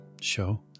show